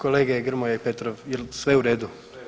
Kolege Grmoja i Petrov jel sve u redu?